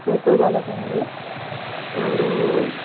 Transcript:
पेटो जालो तांगेर तर